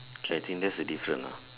so I think that's the different ah